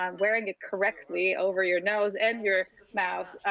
um wearing it correctly over your nose and your mouth,